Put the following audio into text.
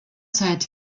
zeit